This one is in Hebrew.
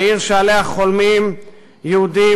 העיר שעליה חולמים יהודים,